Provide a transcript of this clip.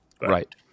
Right